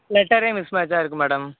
லெட்டரே miss மேட்ச்சாக இருக்கு madam